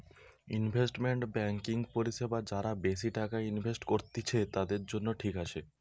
investment banking পরিষেবা যারা বেশি টাকা ইনভেস্ট করত্তিছে, তাদের জন্য ঠিক আছে